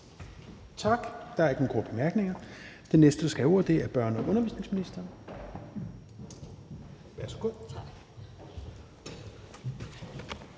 Tak. Der er ikke nogen korte bemærkninger. Den næste, der skal have ordet, er børne- og undervisningsministeren. Værsgo.